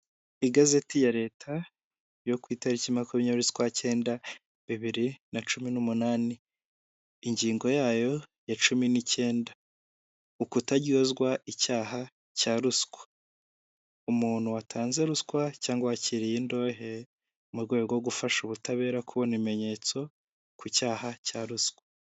Igazeti ya Leta yo ku itariki ya makumyabiri z'ukwa cyenda bibiri na cumi n'umunani ingingo yayo ya cumi n'icyenda ukutaryozwa icyaha cya ruswa umuntu watanze ruswa cyangwa wakiriye indonke mu rwego rwo gufasha ubutabera kubona ibimenyetso ku cyaha cya ruswa.